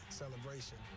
celebration